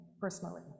personally